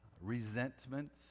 resentment